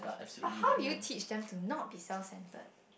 but how do you teach them to not be self centred